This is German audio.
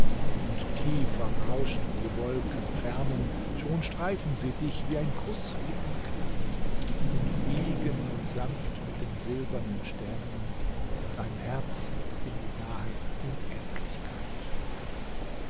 und tiefer rauschen die wolkenfernen schon streifen sie dich wie ein kuß wie ein kleid und wiegen nun sanft mit den silbernen sternen dein herz in die nahe unendlichkeit